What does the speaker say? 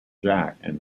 jack